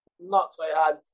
not-so-hard